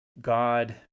God